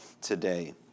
today